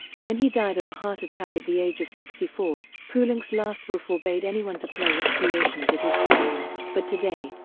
when he died of a heart attack at the age of sixty four, poulenc's last will forbade anyone to play his creations at his funeral, but today,